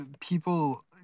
people